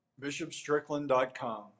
Bishopstrickland.com